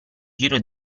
giro